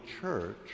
church